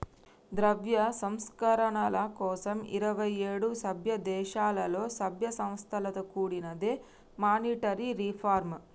ద్రవ్య సంస్కరణల కోసం ఇరవై ఏడు సభ్యదేశాలలో, సభ్య సంస్థలతో కూడినదే మానిటరీ రిఫార్మ్